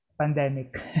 pandemic